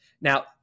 Now